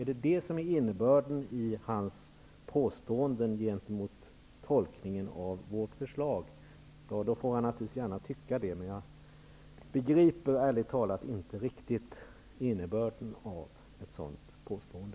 Är det innebörden i hans påstående gentemot tolkningen av vårt förslag? Då får han naturligtvis tycka det, men jag begriper ärligt talat inte riktigt innebörden av ett sådant påstående.